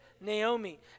Naomi